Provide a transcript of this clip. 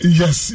yes